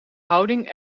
houding